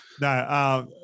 No